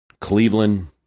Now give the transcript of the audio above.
Cleveland